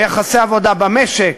ביחסי עבודה במשק,